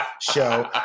show